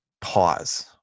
pause